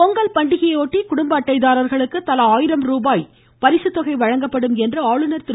பொங்கல் பண்டிகையை ஒட்டி குடும்ப அட்டைதாரர்களுக்கும் தலா ஆயிரம் ரூபாய் பொங்கல் பரிசு வழங்கப்படும் என்று ஆளுநர் திரு